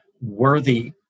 worthy